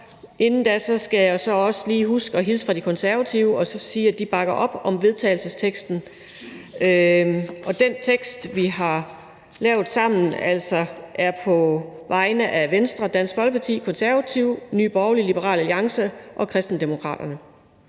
Inden da skal jeg så også lige huske at hilse fra De Konservative og sige, at de bakker op om vedtagelsesteksten. Jeg skal så på vegne af Venstre, Dansk Folkeparti, De Konservative, Nye Borgerlige, Liberal Alliance og Kristendemokraterne